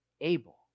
able